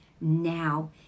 now